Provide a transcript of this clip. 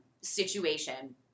situation